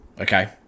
Okay